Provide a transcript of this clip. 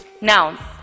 Now